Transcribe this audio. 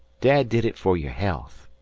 dad did it for yer health.